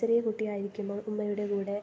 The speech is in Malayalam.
ചെറിയ കുട്ടിയായിരിക്കുമ്പോൾ ഉമ്മയുടെ കൂടെ